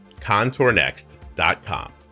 contournext.com